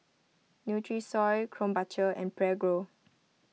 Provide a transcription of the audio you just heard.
Nutrisoy Krombacher and Prego